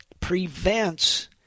prevents